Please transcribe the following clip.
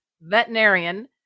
veterinarian